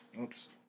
Oops